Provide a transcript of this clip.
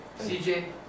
CJ